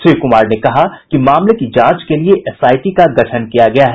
श्री कुमार ने कहा कि मामले की जांच के लिये एसआईटी का गठन किया गया है